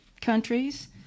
countries